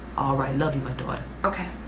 alright, love you my daughter. okay,